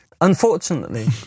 unfortunately